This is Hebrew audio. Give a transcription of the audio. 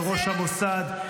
לראש המוסד?